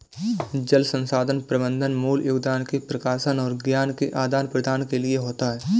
जल संसाधन प्रबंधन मूल योगदान के प्रकाशन और ज्ञान के आदान प्रदान के लिए होता है